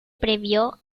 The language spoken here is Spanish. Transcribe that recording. previo